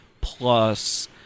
plus